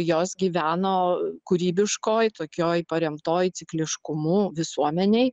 jos gyveno kūrybiškoj tokioj paremtoj cikliškumu visuomenėj